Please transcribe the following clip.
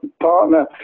partner